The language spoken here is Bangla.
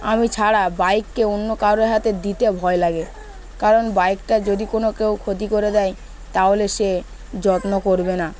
আমি ছাড়া বাইককে অন্য কারোর হাতে দিতে ভয় লাগে কারণ বাইকটা যদি কোনো কেউ ক্ষতি করে দেয় তাহলে সে যত্ন করবে না